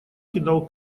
кидал